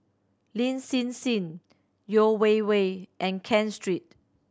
Lin Hsin Hsin Yeo Wei Wei and Ken Street